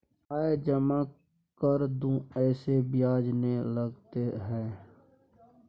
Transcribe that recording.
आय जमा कर दू ऐसे ब्याज ने लगतै है?